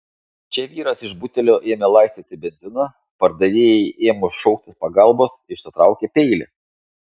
čia vyras iš butelio ėmė laistyti benziną pardavėjai ėmus šauktis pagalbos išsitraukė peilį